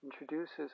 introduces